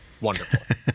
wonderful